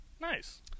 Nice